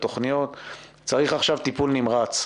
צריך עכשיו טיפול נמרץ.